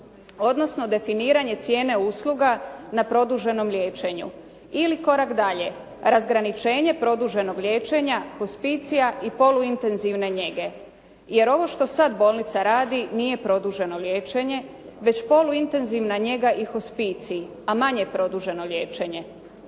odnosno definiranje cijene usluga na produženom liječenju. Ili korak dalje, razgraničenje produženog liječenja, hospicija i poluintenzivne njege. Jer ovo što sad bolnica radi nije produženo liječenje već poluintenzivna njega i hospicij a manje produženo liječenje.